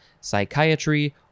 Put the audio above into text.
psychiatry